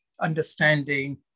understanding